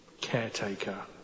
Caretaker